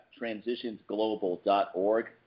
transitionsglobal.org